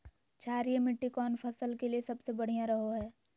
क्षारीय मिट्टी कौन फसल के लिए सबसे बढ़िया रहो हय?